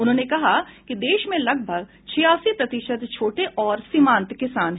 उन्होंने कहा कि देश में लगभग छियासी प्रतिशत छोटे और सीमांत किसान हैं